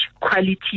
quality